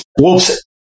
whoops